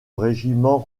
régiment